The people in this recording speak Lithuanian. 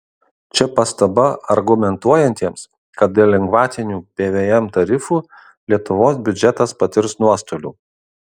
čia pastaba argumentuojantiems kad dėl lengvatinių pvm tarifų lietuvos biudžetas patirs nuostolių